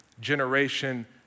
generation